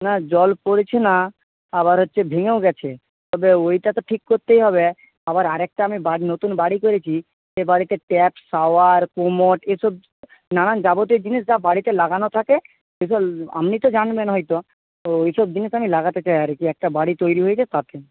না জল পড়েছে না আবার হচ্ছে ভেঙেও গেছে তবে ওইটা তো ঠিক করতেই হবে আবার আরেকটা আমি নতুন বাড়ি করেছি সে বাড়িতে ট্যাপ শাওয়ার কোমোড এসব নানান যাবতীয় জিনিস যা বাড়িতে লাগানো থাকে আপনি তো জানবেন হয়তো তো ওইসব জিনিস আমি লাগাতে চাই আর কি একটা বাড়ি তৈরি হয়েছে তাতে